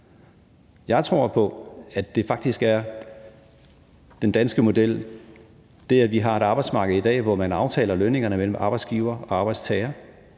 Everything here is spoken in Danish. Jeg tror på, at det faktisk er den danske model – det, at vi har et arbejdsmarked i dag, hvor man aftaler lønningerne mellem arbejdsgivere og arbejdstagere,